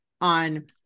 on